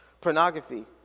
Pornography